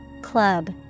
club